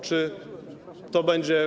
Czy to będzie.